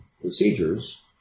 procedures